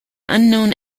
unknown